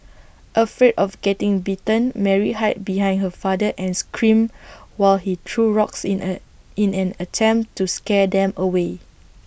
afraid of getting bitten Mary hide behind her father and screamed while he threw rocks in A in an attempt to scare them away